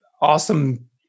awesome